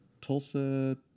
Tulsa